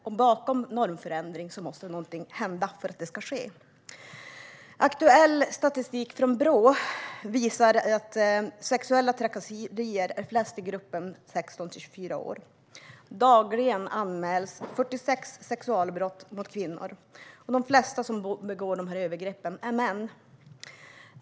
Och för att en normförändring ska ske måste någonting hända. Aktuell statistik från Brå visar att flest fall av sexuella trakasserier sker i gruppen 16-24 år. Dagligen anmäls 46 sexualbrott mot kvinnor, och de flesta som begår dessa övergrepp är män.